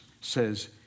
says